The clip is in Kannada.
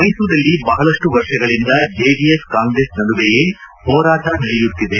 ಮೈಸೂರಲ್ಲಿ ಬಹಳಷ್ಟು ವರ್ಷಗಳಿಂದ ಜೆಡಿಎಸ್ ಕಾಂಗ್ರೆಸ್ ನಡುವೆಯೇ ಹೋರಾಟ ನಡೆಯುತ್ತಿದೆ